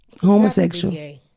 homosexual